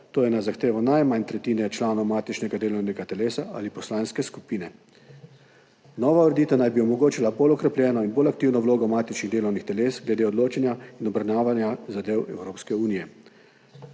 to je na zahtevo najmanj tretjine članov matičnega delovnega telesa ali poslanske skupine. Nova ureditev naj bi omogočila bolj okrepljeno in bolj aktivno vlogo matičnih delovnih teles glede odločanja in obravnavanja zadev Evropske unije.